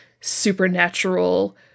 supernatural